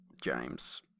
James